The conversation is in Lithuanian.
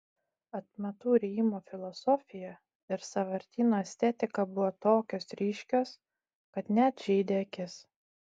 atmatų rijimo filosofija ir sąvartyno estetika buvo tokios ryškios kad net žeidė akis